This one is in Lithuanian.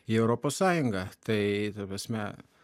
į europos sąjungą tai ta prasme